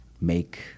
make